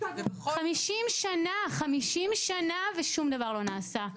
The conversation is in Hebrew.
50 שנה ושום דבר לא נעשה.